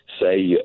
say